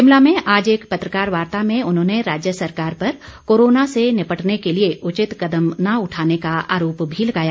शिमला में पत्रकार वार्ता में उन्होंने राज्य सरकार पर कोरोना से निपटने के लिए उचित कदम न उठाने का आरोप भी लगाया